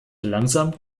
langsam